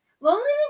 Loneliness